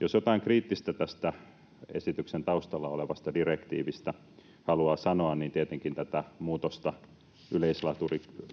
Jos jotain kriittistä tästä esityksen taustalla olevasta direktiivistä haluaa sanoa, niin tietenkin tätä muutosta